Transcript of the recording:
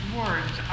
words